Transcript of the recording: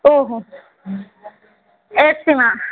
ઓહો